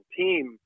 team